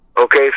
Okay